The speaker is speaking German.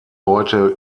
heute